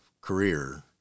career